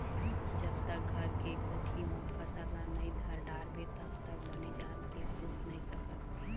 जब तक घर के कोठी म फसल ल नइ धर डारबे तब तक बने जात के सूत नइ सकस